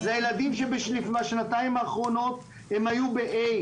אלו ילדים שבשנתיים האחרונות הם היו בכיתה ה',